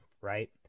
right